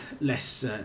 less